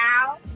now